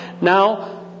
now